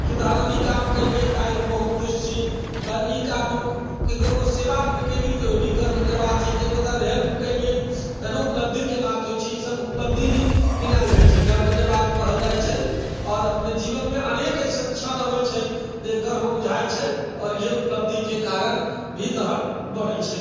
कि तहन हम ई काम कयलियै तऽ बहुत खुश छी तहन ई काम हम केकरो सेवा भी कयलियै तऽ उ भी गर्वके बात छै ककरो तऽ हेल्प कय लियै तहन ओ उपलब्धिके बात होइ छै ई सभ उपलब्धि गिनायल जाइ छै गर्वके बात कहल जाइ छै आओर अपने जीवनमे अनेक अइसन छन अबै छै जे गर्व बुझाइ छै आओर इएह उपलब्धिके कारण भी तहन बनै छै